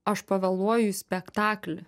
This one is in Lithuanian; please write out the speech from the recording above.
aš pavėluoju į spektaklį